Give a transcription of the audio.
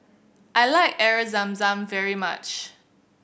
I like Air Zam Zam very much